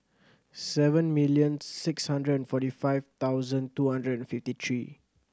seven million six hundred and forty five thousand two hundred and fifty three